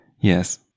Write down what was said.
Yes